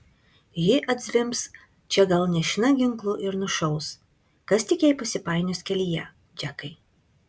ji atzvimbs čia gal nešina ginklu ir nušaus kas tik jai pasipainios kelyje džekai